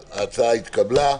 תודה, ההצעה התקבלה אחד,